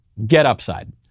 GetUpside